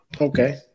Okay